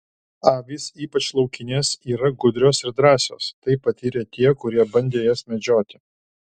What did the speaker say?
avys ypač laukinės yra gudrios ir drąsios tai patyrė tie kurie bandė jas medžioti